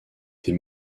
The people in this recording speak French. des